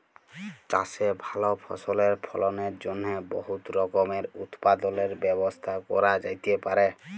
চাষে ভাল ফসলের ফলনের জ্যনহে বহুত রকমের উৎপাদলের ব্যবস্থা ক্যরা যাতে পারে